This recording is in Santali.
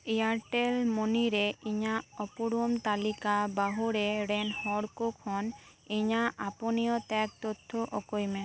ᱮᱭᱟᱨᱴᱮᱞ ᱢᱟᱹᱱᱤᱨᱮ ᱤᱧᱟᱜ ᱩᱯᱨᱩᱢ ᱛᱟᱹᱞᱤᱠᱟ ᱵᱟᱦᱨᱮ ᱨᱮᱱ ᱦᱚᱲ ᱠᱚ ᱠᱷᱚᱱ ᱤᱧᱟᱜ ᱟᱯᱱᱟᱹᱛ ᱟᱜ ᱛᱚᱛᱛᱷᱚ ᱩᱠᱩᱭ ᱢᱮ